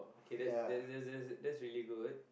okay that's that's that's that's really good